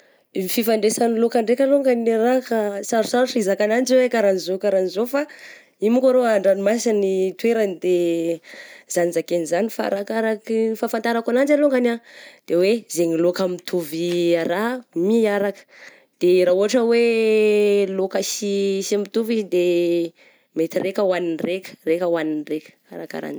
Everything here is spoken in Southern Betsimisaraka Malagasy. I fifandraisagny lôka ndray ka longany ny raha ka sarotsarotry ny hizaka ananjy hoe ka raha zao ka raha zao fa io mo ka rô an-dranomasigny ny toerany de zany zakegny zany fa arakaraky ny fahafantarako an'azy alongany ah de hoe izany lôka mitovy a raha miaraka, de raha ohatra hoe lôka sy sy mitovy izy de mety raika hohan'ny raika, raika hohan'ny raika, kara karanjey.